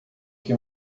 que